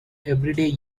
everyday